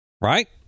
Right